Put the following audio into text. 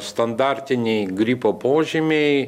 standartiniai gripo požymiai